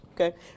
Okay